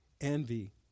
Envy